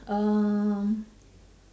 um